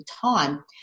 time